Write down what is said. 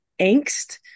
angst